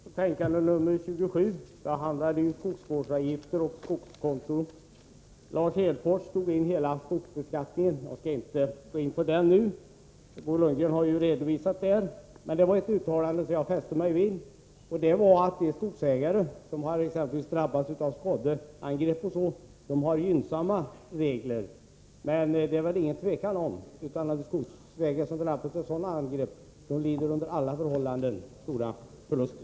Fru talman! Skatteutskottets betänkande 27 behandlar skogsvårdsavgifter Torsdagen den och skogskonton. Lars Hedfors förde in hela skogsbeskattningen. Jag skall 29 mars 1984 inte gå in på den nu, eftersom Bo Lundgren har redogjort för hur det förhåller sig. Jag fäste mig dock vid ett uttalande, nämligen att det finns gynnsamma regler för de skogsägare som exempelvis drabbas av skadeangrepp. Det är väl ingen tvekan om att skogsägare som drabbas av sådana angrepp under alla förhållanden lider stora förluster.